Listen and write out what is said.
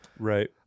Right